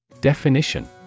Definition